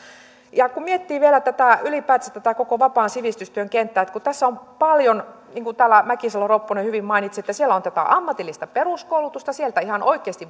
kun miettii vielä ylipäätänsä tätä koko vapaan sivistystyön kenttää niin siellä on paljon niin kuin täällä mäkisalo ropponen hyvin mainitsi tätä ammatillista peruskoulutusta sieltä ihan oikeasti